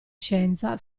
scienza